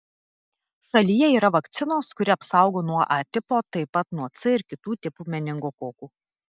šalyje yra vakcinos kuri apsaugo nuo a tipo taip pat nuo c ir kitų tipų meningokokų